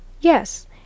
Yes